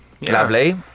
Lovely